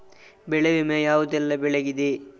ಬೆಳೆ ವಿಮೆ ಯಾವುದೆಲ್ಲ ಬೆಳೆಗಿದೆ?